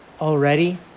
already